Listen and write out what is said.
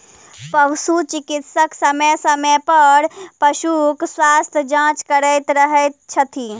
पशु चिकित्सक समय समय पर पशुक स्वास्थ्य जाँच करैत रहैत छथि